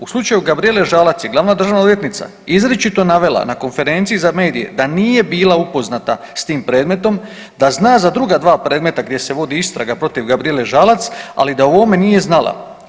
U slučaju Gabrijele Žalac je glavna državna odvjetnica izričito navela na konferenciji za medije da nije bila upoznata s tim predmetom, da zna za druga dva predmeta gdje se vodi istraga protiv Gabrijele Žalac, ali da o ovome nije znala.